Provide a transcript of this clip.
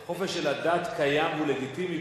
החופש של הדת קיים והוא לגיטימי,